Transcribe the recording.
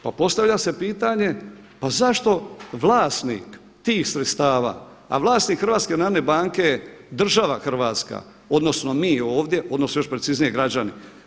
Pa postavlja se pitanje pa zašto vlasnik tih sredstava, a vlasnik HNB-a je država Hrvatska, odnosno mi ovdje, odnosno još preciznije građani.